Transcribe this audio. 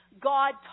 God